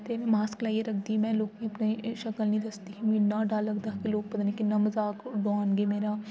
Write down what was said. ते मैं मास्क लाइयै रखदी मैं लोकें गी अपने शकल नि दसदी ही मी इन्ना डर लगदा हा कि लोग पता नी किन्ना मजाक उड़ान गे मेरा